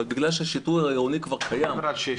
אבל בגלל שהשיטור העירוני כבר קיים אני רוצה עוד מנוף.